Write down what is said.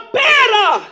better